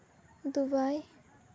Dubai